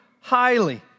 highly